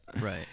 right